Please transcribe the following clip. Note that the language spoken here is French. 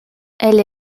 elle